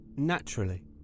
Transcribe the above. Naturally